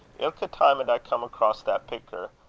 ilka time at i come across that picter,